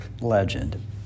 legend